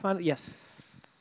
Yes